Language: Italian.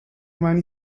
mani